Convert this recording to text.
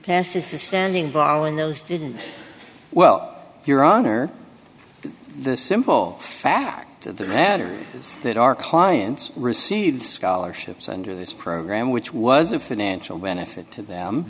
pacifist standing borrowing those didn't well your honor the simple fact that it is that our clients received scholarships under this program which was a financial benefit to them